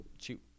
Shoot